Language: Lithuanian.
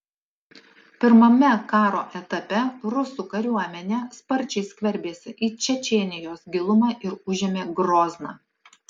pirmame karo etape rusų kariuomenė sparčiai skverbėsi į čečėnijos gilumą ir užėmė grozną